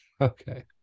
okay